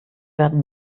werden